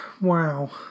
Wow